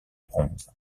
bronze